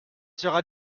sera